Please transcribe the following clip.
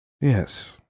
Yes